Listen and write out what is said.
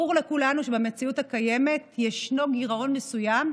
ברור לכולנו שבמציאות הקיימת ישנו גירעון מסוים,